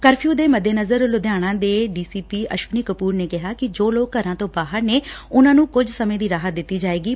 curfew ਦੇ ਸੱਦੇਨਜ਼ਰ ਲੁਧਿਆਣਾ ਦੇ D C P Ashwani Kapur ਨੇ ਕਿਹਾ ਕਿ ਜੋ ਲੋਕ ਘਰਾਂ ਤੋਂ ਬਾਹਰ ਨੇ ਉਨ੍ਹਾਂ ਨੂੰ ਕੁਝ ਸਮੇਂ ਦੀ ਰਾਹੱਤ ਦਿੱਤੀ ਜਾਏਗੀ